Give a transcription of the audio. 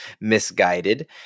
misguided